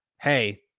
hey